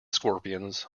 scorpions